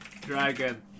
Dragon